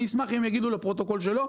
אני אשמח אם יגידו לפרוטוקול שלא,